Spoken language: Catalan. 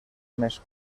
més